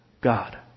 God